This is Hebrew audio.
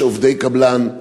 יש עובדי קבלן,